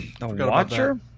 Watcher